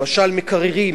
למשל מקררים,